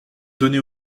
donnés